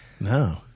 No